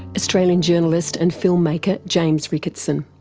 australian journalist and film maker james ricketson.